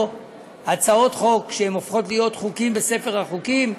הצעות חוק שהופכות להיות חוקים בספר החוקים,